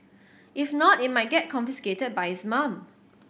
if not it might get confiscated by his mum